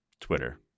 Twitter